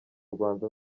rwanda